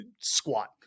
squat